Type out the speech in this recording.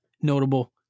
notable